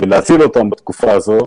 וכך להציל אותם בתקופה הזאת.